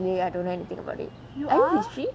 I don't know anything about it are you history